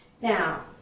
Now